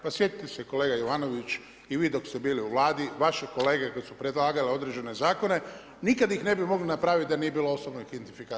Pa sjetite se kolega Jovanović, i vi dok ste bili u Vladi, vaše kolege koji su predlagali određene zakone, nikad ih ne bi mogli napraviti da nije bilo OIB-a.